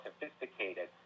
sophisticated